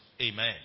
Amen